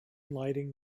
lighting